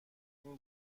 این